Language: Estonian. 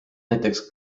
näiteks